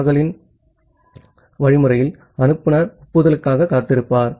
நாக்லின் algorithm வழிமுறையில் அனுப்புநர் ஒப்புதலுக்காகக் காத்திருக்கிறார்